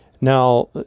Now